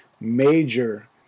major